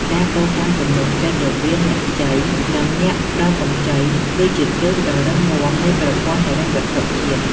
ការកសាងទំនុកចិត្តរវាងអ្នកខ្ចី និងអ្នកផ្ដល់កម្ចី គឺជាគ្រឹះដ៏រឹងមាំនៃប្រព័ន្ធហិរញ្ញវត្ថុជាតិ។